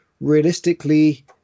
realistically